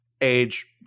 age